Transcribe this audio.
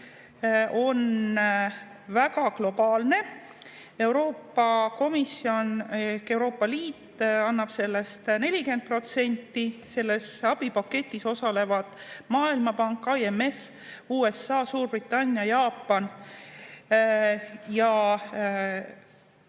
on väga globaalne. Euroopa Komisjon ehk Euroopa Liit annab sellest 40%. Selles abipaketis osalevad veel Maailmapank, IMF, USA, Suurbritannia, Jaapan.